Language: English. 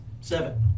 Seven